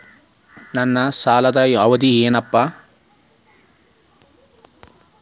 ನನ್ನ ಸಾಲದ ಅವಧಿ ಏನು?